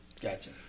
Gotcha